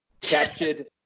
captured